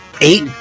eight